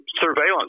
surveillance